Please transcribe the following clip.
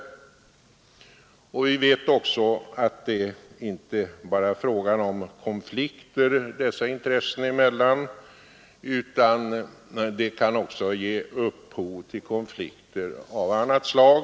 Vi vet också att det inte bara är fråga om konflikter dessa intressen emellan. Det kan också bli konflikter av annat slag.